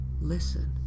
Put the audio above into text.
Listen